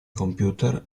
computer